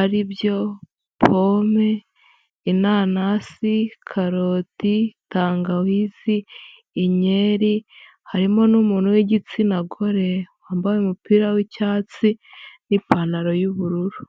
ari byo: Pome, inanasi, karoti, tangawizi, inkeri, harimo n'umuntu w'igitsina gore, wambaye umupira w'icyatsi n'ipantaro y'ubururu.